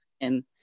and-